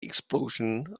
explosion